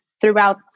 throughout